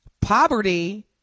poverty